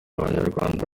abanyarwanda